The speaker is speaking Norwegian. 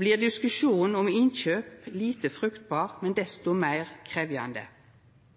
blir diskusjonen om innkjøp lite fruktbar, men